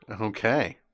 Okay